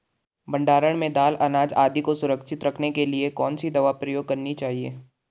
भण्डारण में दाल अनाज आदि को सुरक्षित रखने के लिए कौन सी दवा प्रयोग करनी चाहिए?